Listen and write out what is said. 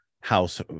house